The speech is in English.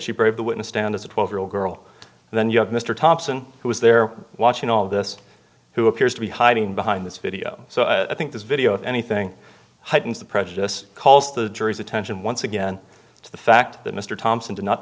she brave the witness stand as a twelve year old girl and then you have mr thompson who was there watching all this who appears to be hiding behind this video so i think this video if anything heightens the prejudice calls the jury's attention once again to the fact that mr thompson did not